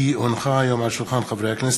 כי הונחה היום על שולחן הכנסת,